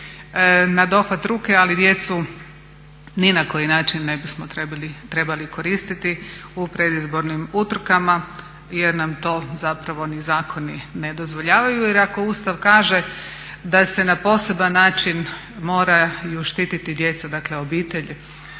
na dohvat ruke ali djecu ni na koji način ne bismo trebali koristiti u predizbornim utrkama jer nam to zapravo ni zakoni ne dozvoljavaju. Jer ako Ustav kaže da se na poseban način moraju štititi djeca, dakle obitelj,